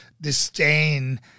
disdain